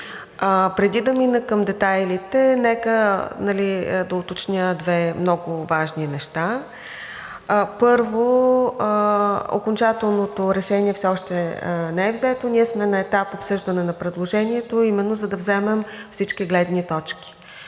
Преди да мина към детайлите, нека да уточня две много важни неща. Първо, окончателното решение все още не е взето. Ние сме на етап обсъждане на предложението именно за да вземем всички гледни точки.